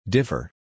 Differ